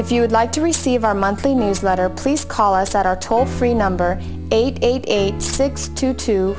would like to receive our monthly newsletter please call us at our toll free number eight eight eight six two t